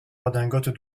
redingote